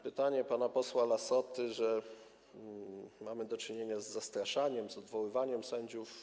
Pytanie pana posła Lassoty co do tego, że mamy do czynienia z zastraszaniem, z odwoływaniem sędziów.